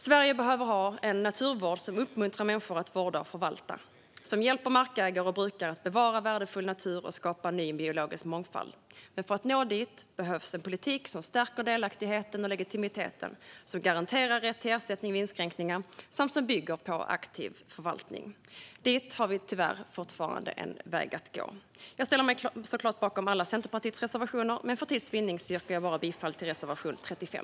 Sverige behöver ha en naturvård som uppmuntrar människor att vårda och förvalta. Den ska hjälpa markägare och brukare att bevara värdefull natur och skapa ny biologisk mångfald. För att nå dit behövs en politik som stärker delaktigheten och legitimiteten, garanterar rätt till ersättning vid inskränkningar och bygger på aktiv förvaltning. Dit har vi tyvärr fortfarande en bit kvar. Jag ställer mig så klart bakom alla Centerpartiets reservationer, men för tids vinnande yrkar jag bifall enbart till reservation 35.